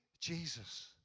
Jesus